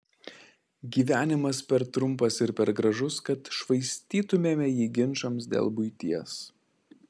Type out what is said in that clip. gyvenimas per trumpas ir per gražus kad švaistytumėme jį ginčams dėl buities